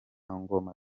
ngoma